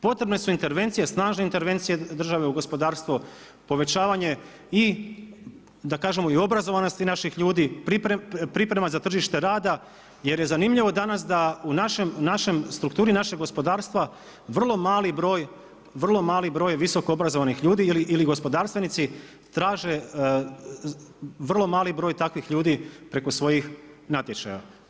Potrebne su intervencije, snažne intervencije države u gospodarstvo, povećavanje i da kažemo i obrazovanosti naših ljudi, priprema za tržište rada jer je zanimljivo danas da u strukturi našeg gospodarstva vrlo mali broj visoko obrazovanih ljudi ili gospodarstvenici, traže vrlo mali broj takvih ljudi preko svojih natječaja.